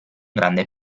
grande